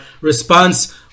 response